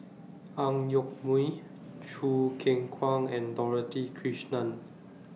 Ang Yoke Mooi Choo Keng Kwang and Dorothy Krishnan